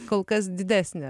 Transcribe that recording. kol kas didesnė